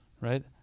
right